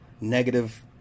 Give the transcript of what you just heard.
negative